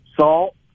salt